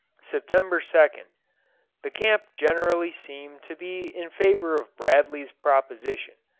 september second the camp generally seem to be in favour of bradley's proposition.